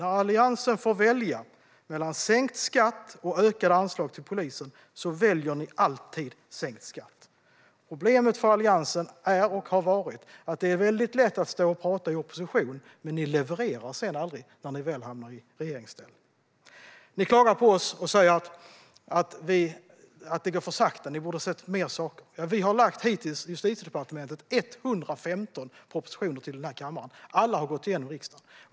När ni i Alliansen får välja mellan sänkt skatt och ökade anslag till polisen väljer ni alltid sänkt skatt. Problemet för er i Alliansen är och har varit att det är väldigt lätt för er att stå och prata i opposition men att ni aldrig levererar när ni väl hamnar i regeringsställning. Ni klagar på oss och säger: Det går för sakta. Ni borde göra mer. Från Justitiedepartementet har vi hittills lagt fram 115 propositioner till denna kammare. Alla har gått igenom i riksdagen.